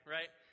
Right